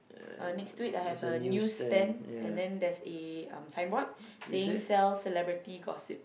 uh next to it I have a newsstand and then there's a um signboard saying sell celebrity gossip